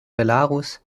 belarus